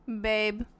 babe